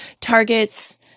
targets